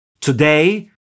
Today